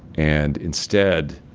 and instead,